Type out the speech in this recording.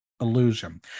illusion